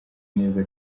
neza